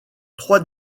trois